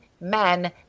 men